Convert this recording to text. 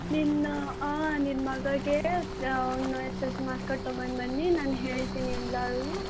ನಿನ್ನ ನಿನ್ನ ಮಗಂಗೆ ಅವ್ನ S L C marks card ತಗೊಂಡುಬನ್ನಿ ನಾನು ಹೇಳ್ತೀನಿ ಎಲ್ಲದು